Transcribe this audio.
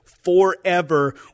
forever